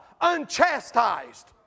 Unchastised